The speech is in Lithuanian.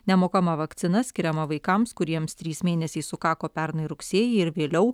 nemokama vakcina skiriama vaikams kuriems trys mėnesiai sukako pernai rugsėjį ir vėliau